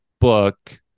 book